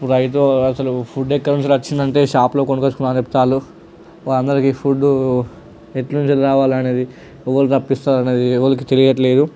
రైతు అసలు ఫుడ్ ఎక్కడ నుంచి వచ్చింది అంటే షాప్లో కొనుకొచ్చుకున్నామని చెప్తున్నారు వాళ్ళందరికీ ఫుడ్డు ఎటునుంచి రావాలనేది ఎవరు రప్పిస్తున్నారనేది ఎవరికి తెలియట్లేదు